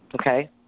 okay